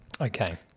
Okay